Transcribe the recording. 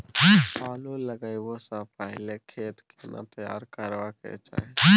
आलू लगाबै स पहिले खेत केना तैयार करबा के चाहय?